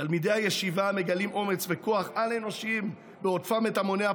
"תלמידי הישיבה מגלים אומץ וכוח על-אנושיים בהודפם את המוני הפורעים,